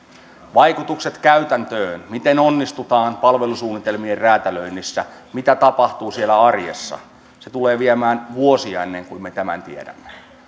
vaikutukset käytäntöön miten onnistutaan palvelusuunnitelmien räätälöinnissä mitä tapahtuu siellä arjessa tulee viemään vuosia ennen kuin me tämän tiedämme